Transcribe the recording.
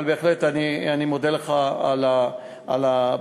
אבל בהחלט, אני מודה לך על הברכות.